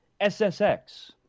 SSX